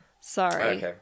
Sorry